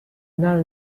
now